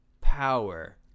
power